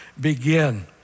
begin